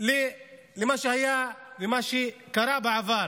למה שהיה ומה שקרה בעבר.